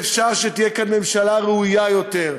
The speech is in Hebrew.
שאפשר שתהיה כאן ממשלה ראויה יותר.